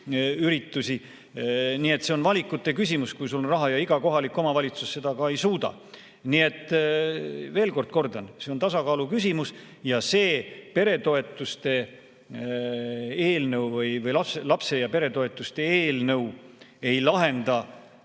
Nii et see on valikute küsimus, kui sul on raha, ja iga kohalik omavalitsus seda ka ei suuda. Nii et veel kord kordan: see on tasakaalu küsimus. Ja see peretoetuste eelnõu või lapse‑ ja peretoetuste eelnõu ei lahenda